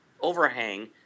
overhang